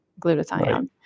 glutathione